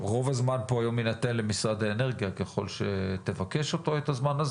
רוב הזמן פה יינתן למשרד האנרגיה ככל שתבקש את הזמן,